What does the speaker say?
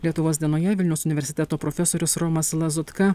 lietuvos dienoje vilniaus universiteto profesorius romas lazutka